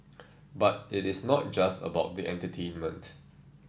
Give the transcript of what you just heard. but it is not just about the entertainment